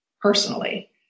personally